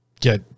get